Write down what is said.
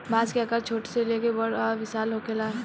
बांस के आकर छोट से लेके बड़ आ विशाल होखेला